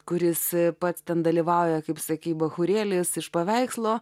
kuris pats ten dalyvauja kaip sakei bachūrėliais iš paveikslo